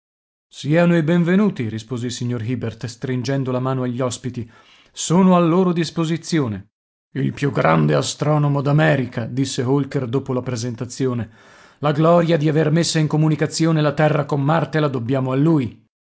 siano i benvenuti rispose il signor hibert stringendo la mano agli ospiti sono a loro disposizione il più grande astronomo d'america disse holker dopo la presentazione la gloria di aver messa in comunicazione la terra con marte la dobbiamo a lui